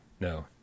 No